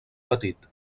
petit